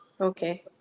Okay